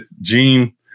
Gene